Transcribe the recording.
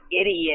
idiot